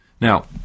Now